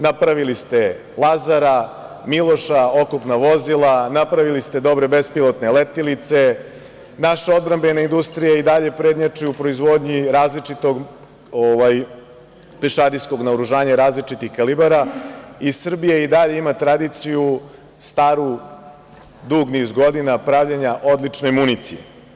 Napravili ste „Lazara“, „Miloša“, oklopna vozila, napravili ste dobre bespilotne letilice, naša odbrambena industrija i dalje prednjači u proizvodnji različitog pešadijskog naoružanja, različitih kalibara i Srbija i dalje ima tradiciju staru dug niz godina pravljena odličnom municijom.